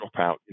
dropout